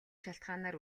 шалтгаанаар